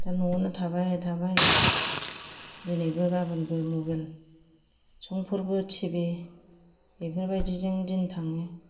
दा न'आवनो थाबाय थाबाय दिनैबो गाबोनबो मबेल संफोरबो टिभि बेफोरबादिजों दिन थाङो